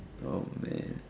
oh man